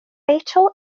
fatal